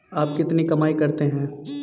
आप कितनी कमाई करते हैं?